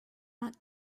not